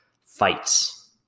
fights